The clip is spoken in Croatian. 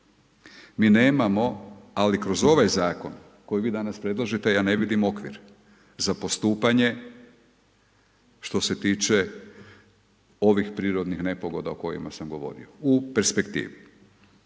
Mi nemamo, ali kroz ovaj zakon, koji vi danas predlažete, ja ne vidim okvir, za postupanje, što se tiče ovih prirodnih nepogoda o kojima sam govorio u perspektivi.